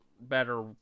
better